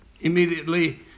immediately